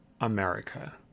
America